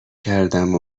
کردم